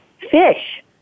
fish